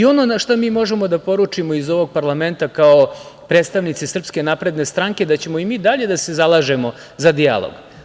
Ono što mi možemo da poručimo iz ovog parlamenta, kao predstavnici SNS, je da ćemo mi i dalje da se zalažemo za dijalog.